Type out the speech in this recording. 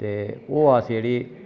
ते ओह् अस जेह्ड़ी